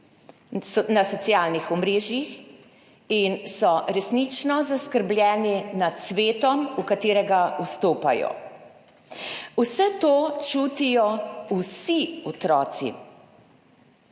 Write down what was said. na socialnih omrežjih in so resnično zaskrbljeni nad svetom, v katerega vstopajo. Vse to čutijo vsi otroci.